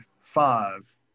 five